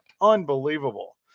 Unbelievable